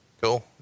Cool